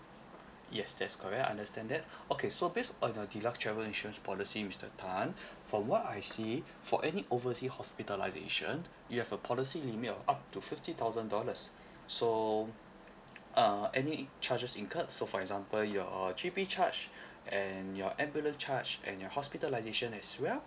yes that's correct I understand that okay so based on your deluxe travel insurance policy mister tan from what I see for any oversea hospitalisation you have a policy limit of up to fifty thousand dollars so uh any charges incurred so for example your G_P charge and your ambulance charge and your hospitalisation as well